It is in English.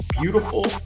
beautiful